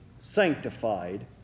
sanctified